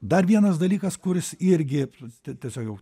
dar vienas dalykas kuris irgi t tiesiog jau